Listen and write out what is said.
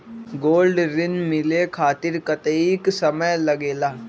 Gold ऋण मिले खातीर कतेइक समय लगेला?